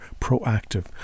proactive